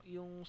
Yung